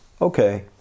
okay